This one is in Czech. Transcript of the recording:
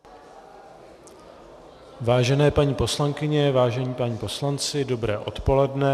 Vážené paní poslankyně, vážení páni poslanci, dobré odpoledne.